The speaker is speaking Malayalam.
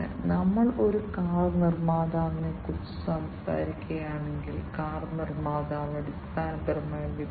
ന്യൂക്ലിയർ പവർ പ്ലാന്റുകൾ ഭൂഗർഭ ഖനികൾ തുടങ്ങിയ അപകടകരമായ പരിതസ്ഥിതികളിൽ ഇതിന് പ്രവർത്തിക്കാൻ കഴിയും